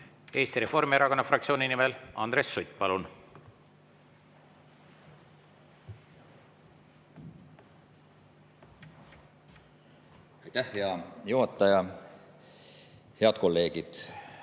Eesti Reformierakonna fraktsiooni nimel Andres Sutt, palun! Aitäh, hea juhataja! Head kolleegid!